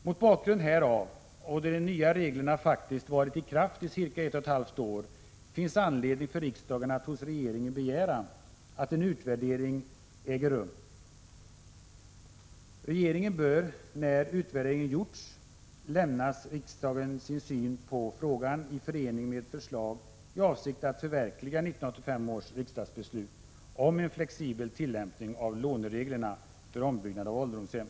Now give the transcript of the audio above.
Mot bakgrund härav och då de nya reglerna faktiskt varit i kraft under cirka ett och ett halvt år finns anledning för riksdagen att hos regeringen begära att en utvärdering äger rum. Regeringen bör, när utvärderingen gjorts, för riksdagen redovisa sin syn på frågan i förening med förslag i avsikt att förverkliga 1985 års riksdagsbeslut om en flexibel tillämpning av lånereglerna för ombyggnad av ålderdomshem.